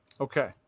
okay